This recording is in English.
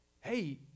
Hey